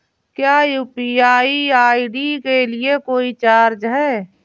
क्या UPI ID के लिए कोई चार्ज है?